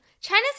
China's